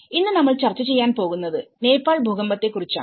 ഇന്ന് നമ്മൾ ചർച്ച ചെയ്യാൻ പോകുന്നത് നേപ്പാൾ ഭൂകമ്പത്തെ കുറിച്ചാണ്